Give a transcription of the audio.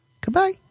Goodbye